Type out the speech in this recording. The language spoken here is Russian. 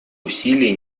усилий